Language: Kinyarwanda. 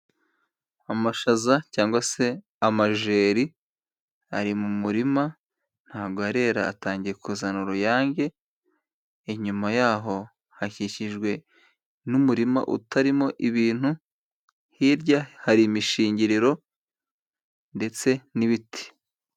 Amashaza cyangwa se amajeri ari mu murima ntago arera atangiye kuzana uruyange ,inyuma yaho hakikijwe n'umurima utarimo ibintu, hirya hari imishingiriro ndetse n'ibiti.